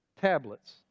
tablets